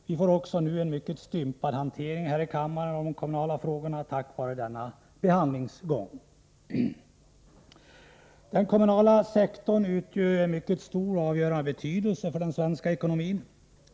Vi får också nu en mycket stympad hantering här i kammaren av de kommunala frågorna till följd av denna behandlingsgång. Den kommunala sektorn har en mycket stor, ja, avgörande betydelse för den svenska ekonomin.